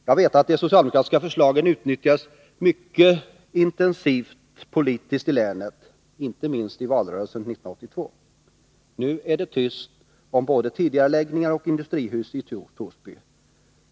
Jag vet att de socialdemokratiska förslagen utnyttjats mycket intensivt politiskt i länet, inte minst i valrörelsen 1982. Nu är det tyst om både tidigareläggningar och industrihus i Torsby.